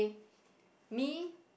me